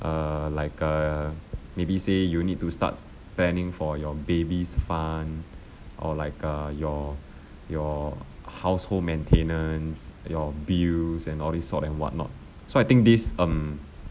err like uh maybe say you need to start planning for your baby's fund or like err your your household maintenance your bills and all this sort and what not so I think this um